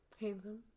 Handsome